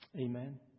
Amen